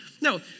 No